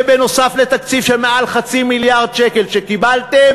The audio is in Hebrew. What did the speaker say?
שנוסף על תקציב של מעל חצי מיליארד שקל שקיבלתם,